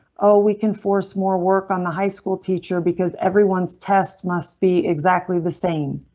oh, we can force more work on the high school teacher because everyone's test must be exactly the same.